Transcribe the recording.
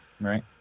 Right